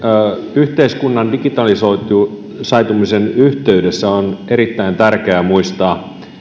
yhteiskunnan digitalisoitumisen yhteydessä on erittäin tärkeää muistaa